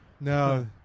No